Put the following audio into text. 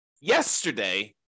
yesterday